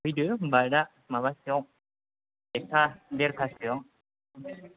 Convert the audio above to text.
फैदो होमबा दा माबासोआव एकथा देरथा सोआव